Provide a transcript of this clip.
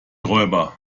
räuber